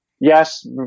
yes